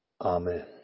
Amen